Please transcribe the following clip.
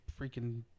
freaking